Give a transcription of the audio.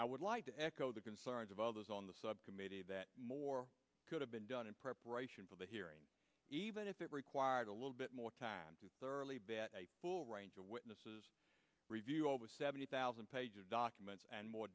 i would like to echo the concerns of all those on the subcommittee that more could have been done in preparation for the hearing even if it required a little bit more time to thoroughly bat a full range of witnesses review over seventy thousand pages of documents and more